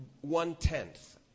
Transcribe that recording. One-tenth